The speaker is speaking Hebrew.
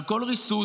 על כל ריסוס,